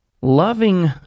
loving